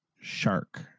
shark